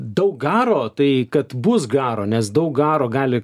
daug garo tai kad bus garo nes daug garo gali